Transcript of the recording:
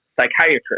psychiatrist